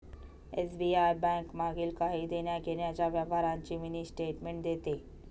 SBI bank मागील काही देण्याघेण्याच्या व्यवहारांची मिनी स्टेटमेंट देते